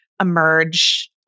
emerge